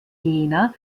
jena